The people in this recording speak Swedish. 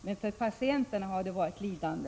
Men för patienterna har det varit ett lidande.